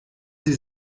sie